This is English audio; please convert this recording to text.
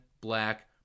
Black